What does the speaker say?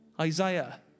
Isaiah